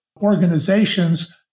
organizations